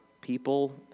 people